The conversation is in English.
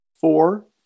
Four